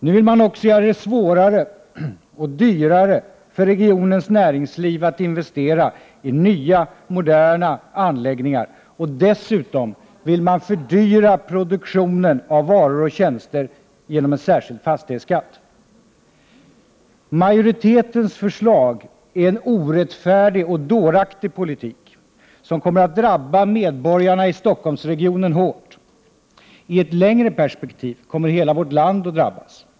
Nu vill man också göra det än svårare och dyrare för regionens näringsliv att investera i nya, moderna anläggningar. Dessutom vill man fördyra produktionen av varor och tjänster genom en särskild fastighetsskatt. Majoritetens förslag är en orättfärdig och dåraktig politik, som kommer att drabba medborgarna i Stockholmsregionen hårt. I ett längre perspektiv kommer hela vårt land att drabbas.